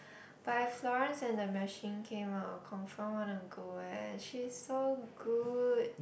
but if Florence and the Machine came out I confirm wanna go eh she's so good